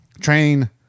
train